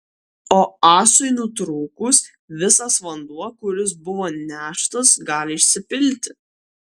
o ąsai nutrūkus visas vanduo kuris buvo neštas gali išsipilti